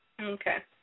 Okay